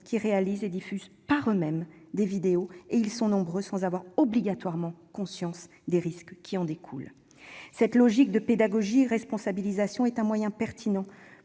qui réalisent et diffusent par eux-mêmes des vidéos- ils sont nombreux dans ce cas -sans avoir nécessairement conscience des risques qui en découlent. Cette logique alliant pédagogie et responsabilisation est pertinente